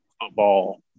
football